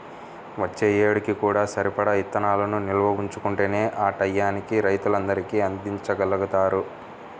వచ్చే ఏడుకి కూడా సరిపడా ఇత్తనాలను నిల్వ ఉంచుకుంటేనే ఆ టైయ్యానికి రైతులందరికీ అందిచ్చగలుగుతారు